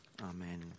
amen